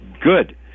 Good